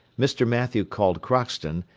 mr. mathew called crockston,